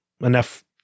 enough